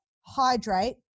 hydrate